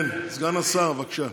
כן, סגן השר, בבקשה.